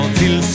till